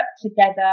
together